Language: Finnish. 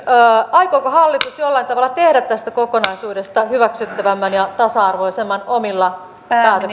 aikooko hallitus jollain tavalla tehdä tästä kokonaisuudesta hyväksyttävämmän ja tasa arvoisemman omilla päätöksillään